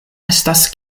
estas